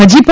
હજી પણ